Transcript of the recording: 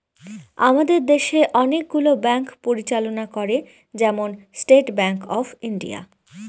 আমাদের দেশে অনেকগুলো ব্যাঙ্ক পরিচালনা করে, যেমন স্টেট ব্যাঙ্ক অফ ইন্ডিয়া